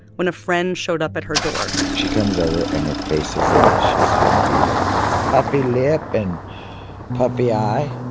when a friend showed up at her door she comes over, and her face is a mess. she's been beat up puffy lip and puffy eye